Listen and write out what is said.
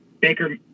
Baker